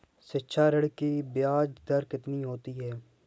शिक्षा ऋण की ब्याज दर कितनी होती है?